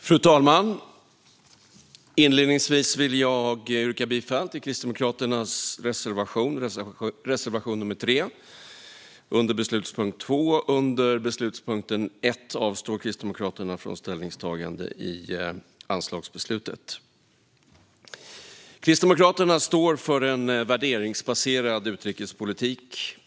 Fru talman! Inledningsvis yrkar jag bifall till Kristdemokraternas reservation, nr 3, under beslutspunkt 2. Under beslutspunkt 1 avstår Kristdemokraterna från ställningstagande i anslagsbeslutet. Kristdemokraterna står för en värderingsbaserad utrikespolitik.